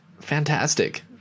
Fantastic